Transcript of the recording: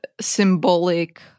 symbolic